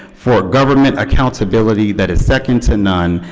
for government accountability that is second to none,